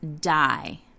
die